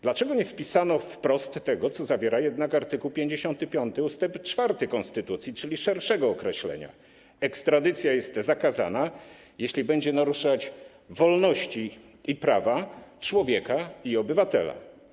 Dlaczego nie wpisano wprost tego, co zawiera jednak art. 55 ust. 4 konstytucji, czyli szerszego określenia: ekstradycja jest zakazana, jeśli będzie naruszać wolności i prawa człowieka i obywatela?